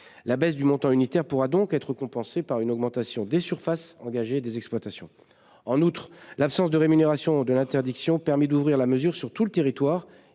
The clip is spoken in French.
La baisse du montant unitaire pourra donc être compensée par une augmentation des surfaces engagées des exploitations. En outre, l'absence de rémunération de l'interdiction de fertilisation permet d'ouvrir la mesure à tout le territoire,